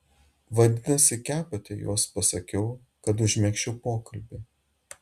vadinasi kepate juos pasakiau kad užmegzčiau pokalbį